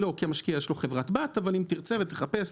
לא כי למשקיע יש חברת בת אבל אם תרצה ותחפש,